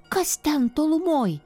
kas ten tolumoj